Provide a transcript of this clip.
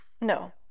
No